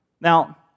Now